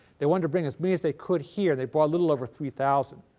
they wanted to bring as many as they could here. they brought a little over three thousand.